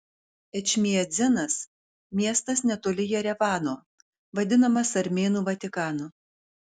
ečmiadzinas miestas netoli jerevano vadinamas armėnų vatikanu